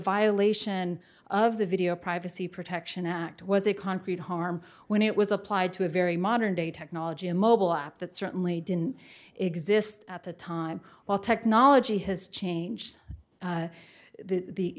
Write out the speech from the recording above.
violation of the video privacy protection act was a concrete harm when it was applied to a very modern day technology a mobile app that certainly didn't exist at the time while technology has changed the the